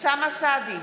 אוסאמה סעדי,